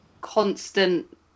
constant